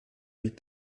mit